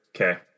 Okay